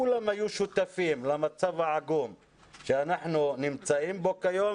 כולם היו שותפים למצב העגום שאנחנו נמצאים בו כיום,